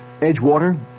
Edgewater